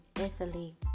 italy